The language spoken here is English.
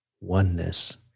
Oneness